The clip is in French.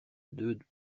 deux